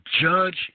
judge